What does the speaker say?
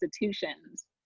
institutions